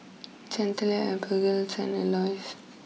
Chantelle Abigayle and Elois